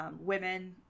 women –